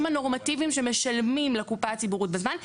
הנורמטיביים שמשלמים לקופה הציבורית בזמן,